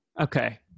Okay